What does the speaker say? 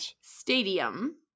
stadium